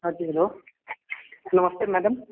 हाँ जी हेलो नमस्ते मैडम